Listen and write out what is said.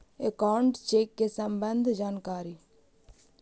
Account check के सम्बन्ध जानकारी?